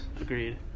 Agreed